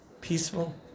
peaceful